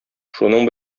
шуның